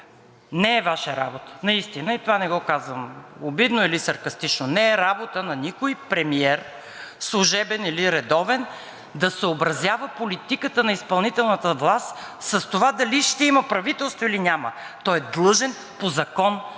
не е Ваша работа наистина и това не го казвам обидно или саркастично, не е работа на никой премиер – служебен или редовен, да съобразява политиката на изпълнителната власт с това дали ще има правителство, или няма, той е длъжен по закон да